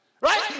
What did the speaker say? Right